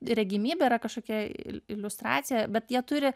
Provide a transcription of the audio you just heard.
regimybė yra kažkokia iliustracija bet jie turi